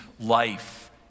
life